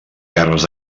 guerres